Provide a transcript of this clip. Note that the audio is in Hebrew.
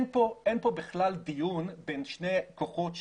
אין כאן בכלל דיון בין שני כוחות שווים.